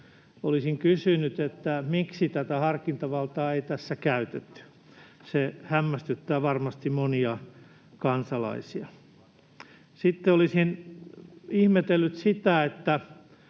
Olisin kysynyt, miksi tätä harkintavaltaa ei tässä käytetty. Se hämmästyttää varmasti monia kansalaisia. Sitten olisin ihmetellyt sitä, että